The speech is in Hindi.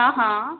हाँ हाँ